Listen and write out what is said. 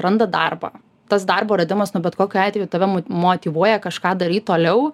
randa darbą tas darbo radimas nu bet kokiu atveju tave motyvuoja kažką daryt toliau